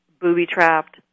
booby-trapped